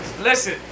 Listen